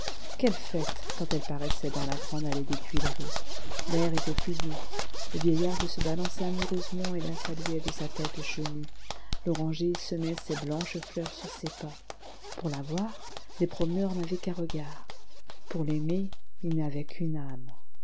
quelle fête quand elle paraissait dans la grande allée des tuileries l'air était plus doux le vieil arbre se balançait amoureusement et la saluait de sa tête chenue l'oranger semait ses blanches fleurs sur ses pas pour la voir les promeneurs n'avaient qu'un regard pour l'aimer ils n'avaient qu'une âme